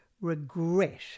regret